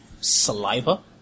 saliva